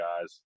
guys